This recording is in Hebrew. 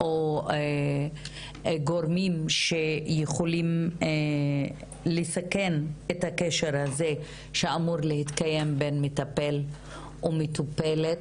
או גורמים שיכולים לסכן את הקשר הזה שאמור להתקיים בין מטפל ומטופלת,